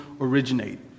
originate